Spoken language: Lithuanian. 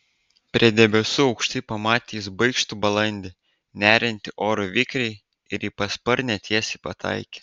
prie debesų aukštai pamatė jis baikštų balandį neriantį oru vikriai ir į pasparnę tiesiai pataikė